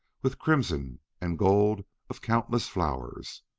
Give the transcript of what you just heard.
with crimson and gold of countless flowers.